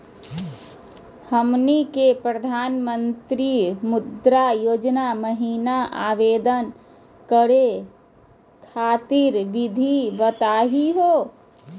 हमनी के प्रधानमंत्री मुद्रा योजना महिना आवेदन करे खातीर विधि बताही हो?